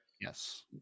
Yes